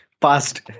Past